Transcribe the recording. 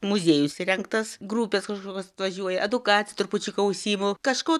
muziejus įrengtas grupės kažkokios važiuoja edukacija trupučiuką užsiimu kažko